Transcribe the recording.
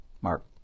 Mark